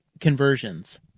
conversions